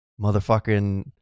Motherfucking